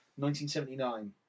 1979